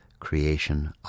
Creation